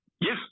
yes